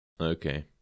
Okay